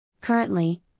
currently